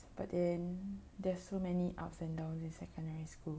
but then there's so many ups and downs in secondary school